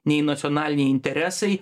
nei nacionaliniai interesai